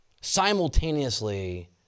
simultaneously